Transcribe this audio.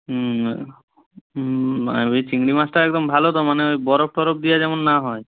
হুম ওই চিংড়ি মাছটা একদম ভালো তো মানে বরফ টরফ দেওয়া যেমন না হয়